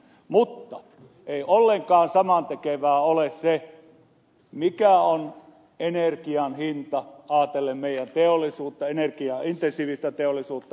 mutta ei ollenkaan samantekevää ole se mikä on energian hinta ajatellen meidän teollisuuttamme energiaintensiivistä teollisuutta